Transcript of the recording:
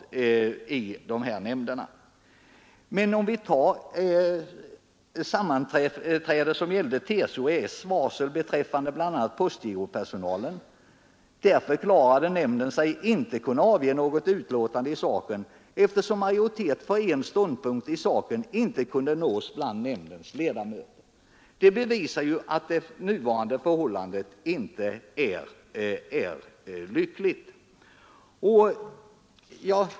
Men om vi då ser på det sammanträde som gällde TCO-S:s varsel beträffande bl a. postgiropersonalen, så förklarade sig nämnden den gången inte kunna avge något uttalande, eftersom någon majoritet för en ståndpunkt i saken inte kunde uppnås bland nämndens ledamöter. Det visar ju att det förhållande som nu råder inte är så lyckat.